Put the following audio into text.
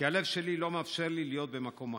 כי הלב שלי לא מאפשר לי להיות במקום אחר.